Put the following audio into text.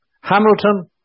Hamilton